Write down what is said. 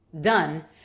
done